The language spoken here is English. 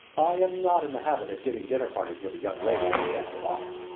i am not in the habit of giving dinner parties with a young lady as guest of honor.